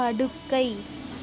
படுக்கை